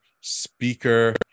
speaker